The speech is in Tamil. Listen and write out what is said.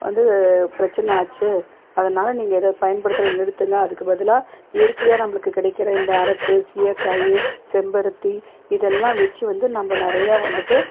வந்து பிரச்சனை ஆச்சு அதனால் நீங்கள் இதை பயன்படுத்துறதை நிறுத்துங்கள் அதுக்கு பதிலாக இயற்கையாக நம்மளுக்கு கிடைக்கிற இந்த அரப்பு சீயக்காய் செம்பருத்தி இதெல்லாம் வச்சி வந்து நம்ம நிறையா வந்துவிட்டு